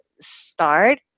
start